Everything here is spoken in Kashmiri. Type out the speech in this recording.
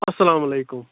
اَسَلامُ علیکُم